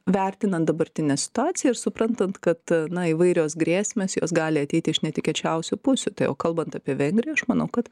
vertinan dabartinę situaciją ir suprantant kad na įvairios grėsmės jos gali ateiti iš netikėčiausių pusių tai o kalbant apie vengriją aš manau kad